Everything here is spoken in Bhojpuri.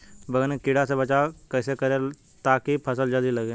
बैंगन के कीड़ा से बचाव कैसे करे ता की फल जल्दी लगे?